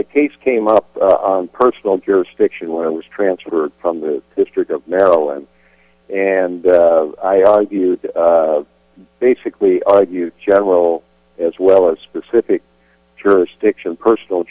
the case came up on personal jurisdiction when i was transferred from the district of maryland and basically argued general as well as specific jurisdiction personal